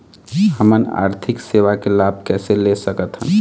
हमन आरथिक सेवा के लाभ कैसे ले सकथन?